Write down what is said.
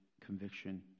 conviction